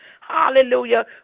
Hallelujah